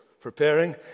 preparing